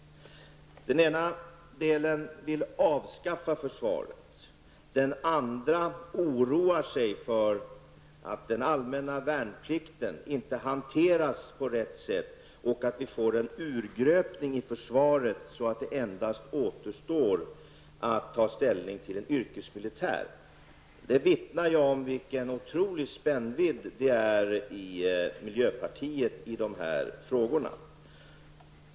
Den ena delen av partiet vill avskaffa försvaret, den andra oroar sig för att den allmänna värnplikten inte hanteras på rätt sätt och att vi får en urgröpning av försvaret, så att det endast återstår att ta ställning till en yrkesmilitär. Det vittnar om vilken otrolig spännvidd det är i miljöpartiet i dessa frågor.